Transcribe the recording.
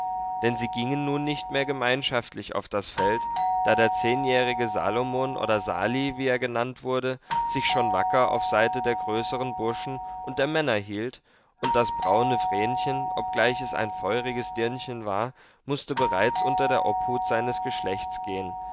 denn sie gingen nun nicht mehr gemeinschaftlich auf das feld da der zehnjährige salomon oder sali wie er genannt wurde sich schon wacker auf seite der größeren burschen und der männer hielt und das braune vrenchen obgleich es ein feuriges dirnchen war mußte bereits unter der obhut seines geschlechts gehen